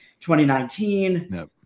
2019